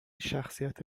شخصیت